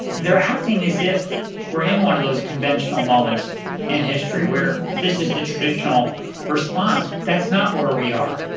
they're acting as if we're in one of those conventional moments in history where this is the traditional response. that's not where we are.